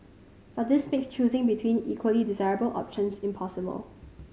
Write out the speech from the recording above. but this makes choosing between equally desirable options impossible